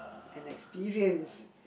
an experience